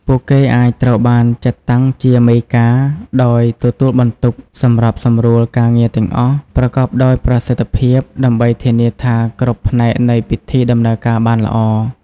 ពួកគេអាចត្រូវបានចាត់តាំងជា "មេការ" ដោយទទួលបន្ទុក សម្របសម្រួលការងារទាំងអស់ ប្រកបដោយប្រសិទ្ធភាព ដើម្បីធានាថាគ្រប់ផ្នែកនៃពិធីដំណើរការបានល្អ។